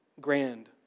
grand